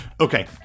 Okay